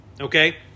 Okay